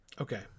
Okay